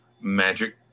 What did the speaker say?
magic